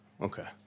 Okay